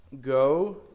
Go